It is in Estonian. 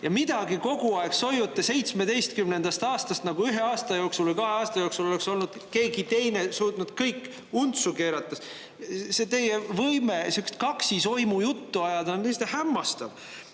Mida te kogu aeg soiute 2017. aastast, nagu ühe aasta või kahe aasta jooksul oleks keegi teine suutnud kõik untsu keerata? See teie võime sihukest kaksisoimu juttu ajada on lihtsalt hämmastav.